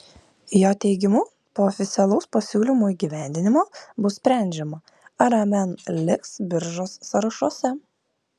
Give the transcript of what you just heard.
jo teigimu po oficialaus pasiūlymo įgyvendinimo bus sprendžiama ar mn liks biržos sąrašuose